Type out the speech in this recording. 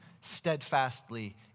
steadfastly